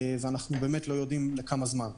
אנחנו לא יודעים לכמה זמן.